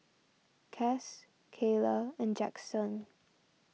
Cass Kaylah and Jaxon